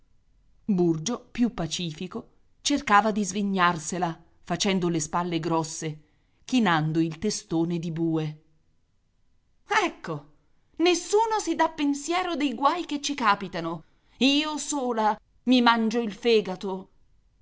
burgio più pacifico cercava di svignarsela facendo le spalle grosse chinando il testone di bue ecco nessuno si dà pensiero dei guai che ci càpitano io sola mi mangio il fegato